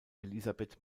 elisabeth